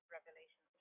Revelation